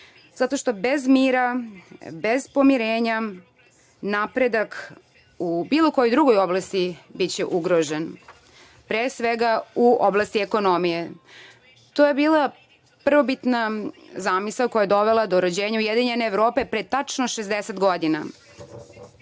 zato što bez mira, bez pomirenja napredak u bilo kojoj drugoj oblasti biće ugrožen, pre svega u oblasti ekonomije. To je bila prvobitna zamisao koja je dovela do rođenja ujedinjene Evrope pre tačno 60 godina.